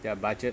their budget